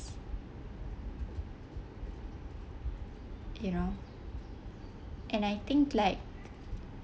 you know and I think like